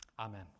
Amen